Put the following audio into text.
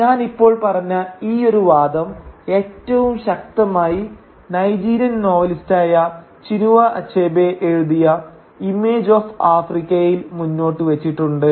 ഞാൻ ഇപ്പോൾ പറഞ്ഞ ഈയൊരു വാദം ഏറ്റവും ശക്തമായി നൈജീരിയൻ നോവലിസ്റ്റായ ചിനുവ അച്ഛബെ എഴുതിയ ഇമേജ് ഓഫ് ആഫ്രിക്കയിൽ മുന്നോട്ടു വച്ചിട്ടുണ്ട്